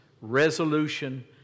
resolution